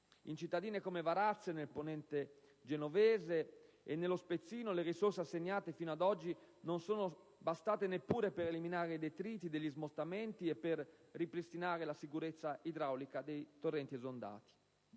In cittadine come Varazze, nel Ponente Genovese e nello Spezzino, le risorse assegnate fino ad oggi non sono bastate neppure per eliminare i detriti degli smottamenti e per ripristinare la sicurezza idraulica dei torrenti esondati.